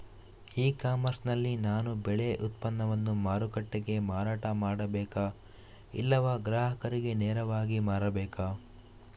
E commerce ನಲ್ಲಿ ನಾನು ಬೆಳೆ ಉತ್ಪನ್ನವನ್ನು ಮಾರುಕಟ್ಟೆಗೆ ಮಾರಾಟ ಮಾಡಬೇಕಾ ಇಲ್ಲವಾ ಗ್ರಾಹಕರಿಗೆ ನೇರವಾಗಿ ಮಾರಬೇಕಾ?